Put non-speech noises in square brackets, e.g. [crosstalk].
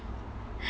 [breath]